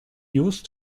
used